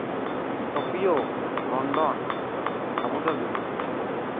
Tokyo London Abu Dhabi